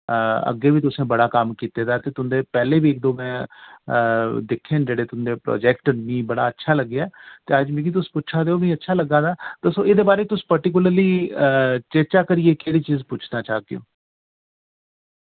अग्गे वि तुसैं बड़ा कम्म कीत्ते दा ऐ ते तुंदे पैह्ले वि इक दो में दिक्खे न जेह्ड़े तुंदे प्रोजेक्ट मि बड़ा अच्छा लग्गेया ते अज मिकी तुस पुच्छा दे ओ मि अच्छा लग्गा दा तुस एह्दे बारे तुस पर्टिक्यूलरली चर्चा करियै केह्ड़ी चीज पुछना चाहते हो